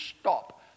stop